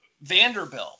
Vanderbilt